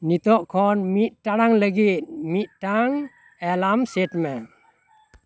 ᱱᱤᱛᱚᱜ ᱠᱷᱚᱱ ᱢᱤᱫ ᱴᱟᱲᱟᱝ ᱞᱟᱹᱜᱤᱫ ᱢᱤᱫᱴᱟᱝ ᱮᱞᱟᱨᱢ ᱥᱮᱴ ᱢᱮ